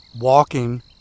walking